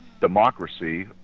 democracy